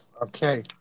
Okay